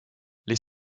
les